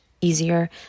easier